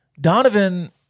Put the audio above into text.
Donovan